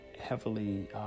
heavily